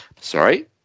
Sorry